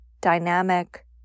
dynamic